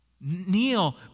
Kneel